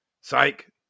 Psych